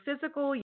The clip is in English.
physical